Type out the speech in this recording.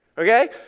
Okay